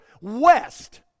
west